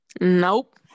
Nope